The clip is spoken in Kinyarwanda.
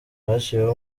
haciyeho